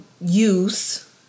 use